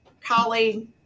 colleague